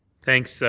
thanks, so